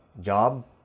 job